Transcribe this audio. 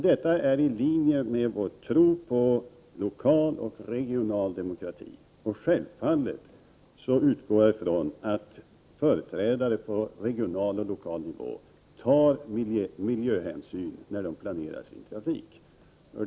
Detta ligger i linje med vår tro på lokal och regional demokrati. Självfallet utgår jag ifrån att företrädare på regional och lokal nivå tar miljöhänsyn då de planerar sin trafik.